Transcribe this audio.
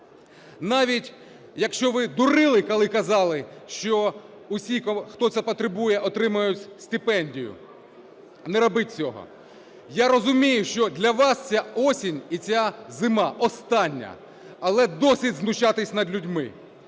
Навіть якщо ви дурили, коли казали, що усі, хто це потребує, отримають стипендію, не робіть цього! Я розумію, що для вас ця осінь і ця зима остання, але досить знущатися над людьми.